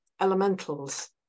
elementals